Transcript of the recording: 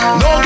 no